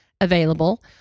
available